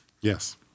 Yes